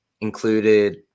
Included